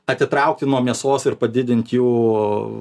atitraukti nuo mėsos ir padidint jų